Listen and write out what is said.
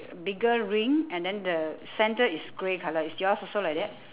bigger ring and then the centre is grey colour is yours also like that